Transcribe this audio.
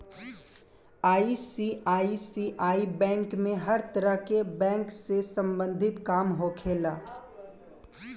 ICICI bank में हर तरह के बैंक से सम्बंधित काम होखेला